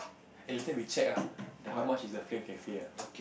eh later we check ah the how much is the Flame Cafe ah